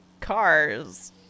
cars